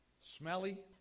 smelly